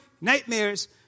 nightmares